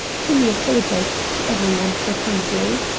kinney apologized to every one profusely.